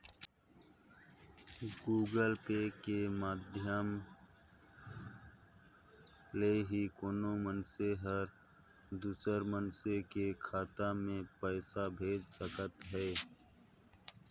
Google Pay के माधियम ले ही कोनो मइनसे हर दूसर मइनसे के खाता में पइसा भेज सकत हें